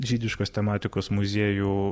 žydiškos tematikos muziejų